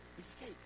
escape